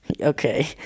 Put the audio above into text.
Okay